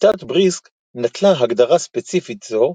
שיטת בריסק נטלה הגדרה ספציפית זו,